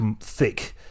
thick